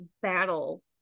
battle